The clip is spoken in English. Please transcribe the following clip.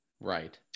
Right